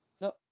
No